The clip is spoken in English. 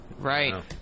Right